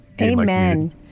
Amen